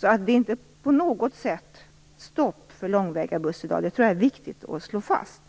Det är alltså inte på något sätt stopp för långväga busstrafik i dag. Det tror jag är viktigt att slå fast.